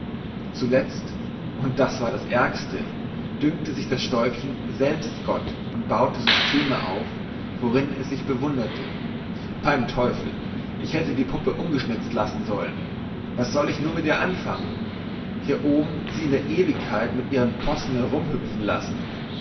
und das war das ärgste dünkte sich das stäubchen selbst gott und bauete systeme auf worin es sich bewunderte beim teufel ich hätte die puppe ungeschnizt lassen sollen was soll ich nun mit ihr anfangen hier oben sie in der ewigkeit mit ihren possen herumhüpfen lassen